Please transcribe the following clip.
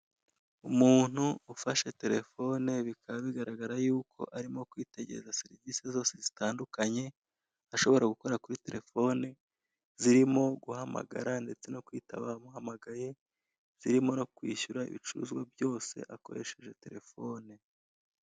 Umuntu ufashe telefone bikaba bigaragara yuko arimo kwitegereza serivise ashobora gukorera kuri telefone, zirimo guhamagara, ndetse no kwitaba abamuhamagaye, zirimo no kwishyura ibicuruzwa byose akoresheje telefone.